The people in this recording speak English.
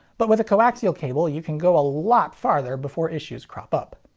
but with a coaxial cable you can go a lot farther before issues crop up.